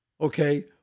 okay